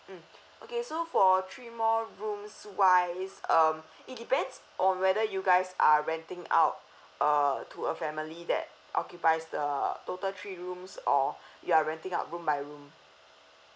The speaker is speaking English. mm okay so for three more rooms wise um it depends on whether you guys are renting out uh to a family that occupies the total three rooms or you are renting out room by room